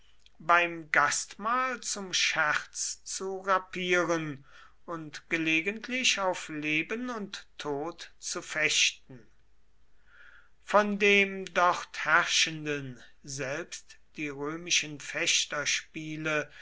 beim gastmahl zum scherz zu rapieren und gelegentlich auf leben und tod zu fechten von dem dort herrschenden selbst die römischen